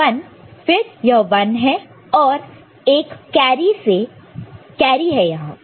यह 1 है और एक कैरी है यहां